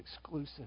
exclusive